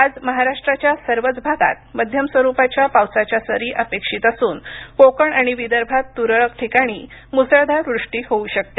आज महाराष्ट्राच्या सर्वच भागात मध्यम स्वरुपाच्या पावसाच्या सरी अपेक्षित असून कोकण आणि विदर्भात तुरळक ठिकाणी मुसळधार वृष्टी होऊ शकते